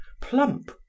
plump